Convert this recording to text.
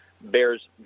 bears